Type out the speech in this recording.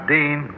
Dean